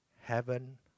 heaven